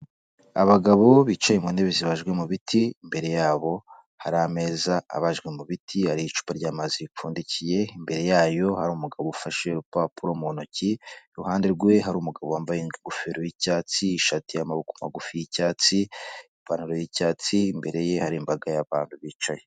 Abagabo bicaye ku ntebe zibajwe mu biti, imbere yabo hari ameza abajwe mu biti hari icupa ry'amazi ripfundikiye, imbere yayo hari umugabo ufashe urupapuro mu ntoki, iruhande rwe hari umugabo wambaye ingofero y'icyatsi, ishati y'amaboko magufi y'icyatsi, ipantaro y'icyatsi, imbere ye hari imbaga y'abantu bicaye.